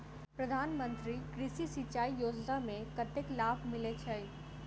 प्रधान मंत्री कृषि सिंचाई योजना मे कतेक लाभ मिलय छै?